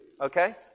Okay